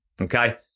okay